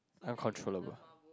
uncontrollable